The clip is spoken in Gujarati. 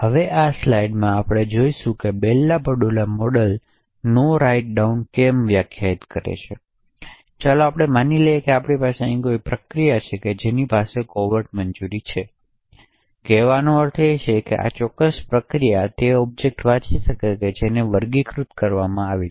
હવે આ વિશેષ સ્લાઇડમાં આપણે જોઈશું કે બેલ લાપડુલા મોડેલ નો રાઇટ ડાઉન કેમ વ્યાખ્યાયિત કરે છે ચાલો આપણે માની લઈએ કે આપણી પાસે અહીં કોઈ પ્રક્રિયા છે જેની પાસે કોવેર્ટ મંજૂરી છે આ કહેવાનો અર્થ એ છે કે આ ચોક્કસ પ્રક્રિયા તે ઓબ્જેક્ટને વાંચી શકે છે જેને વર્ગીકૃત કરવામાં આવી છે